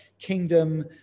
kingdom